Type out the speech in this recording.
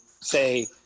say